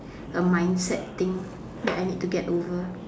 a mindset thing that I need to get over